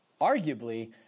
arguably